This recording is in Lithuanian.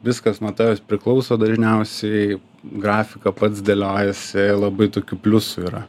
viskas nuo tavęs priklauso dažniausiai grafiką pats dėliojasi labai tokių pliusų yra